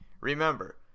Remember